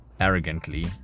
arrogantly